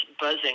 buzzing